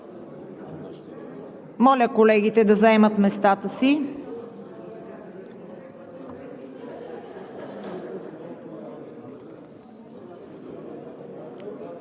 Моля колегите да заемат местата си.